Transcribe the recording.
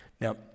Now